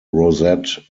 rosette